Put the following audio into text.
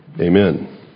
Amen